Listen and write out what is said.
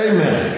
Amen